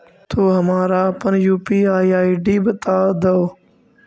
तू हमारा अपन यू.पी.आई आई.डी बता दअ